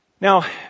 Now